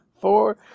Four